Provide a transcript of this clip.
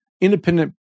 independent